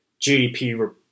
GDP